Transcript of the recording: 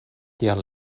kial